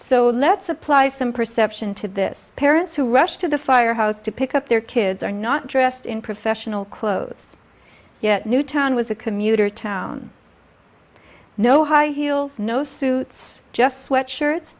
so let's apply some perception to this parents who rushed to the firehouse to pick up their kids are not dressed in professional clothes yet newtown was a commuter town no high heels no suits just sweatshirts